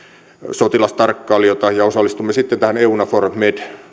sotilastarkkailijoita ja osallistumme sitten tähän eunavfor med